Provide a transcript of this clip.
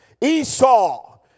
Esau